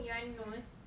oh